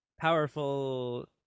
powerful